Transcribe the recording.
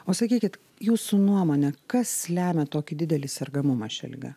o sakykit jūsų nuomone kas lemia tokį didelį sergamumą šia liga